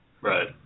Right